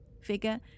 figure